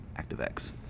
ActiveX